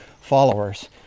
followers